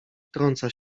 wtrąca